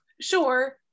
sure